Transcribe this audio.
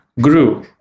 grew